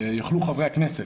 יוכלו חברי הכנסת.